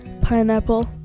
pineapple